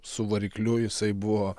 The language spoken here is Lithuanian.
su varikliu jisai buvo